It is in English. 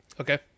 Okay